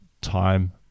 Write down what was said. time